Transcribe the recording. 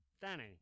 Danny